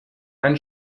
ein